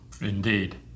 Indeed